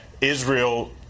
Israel